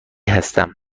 هستم